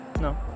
No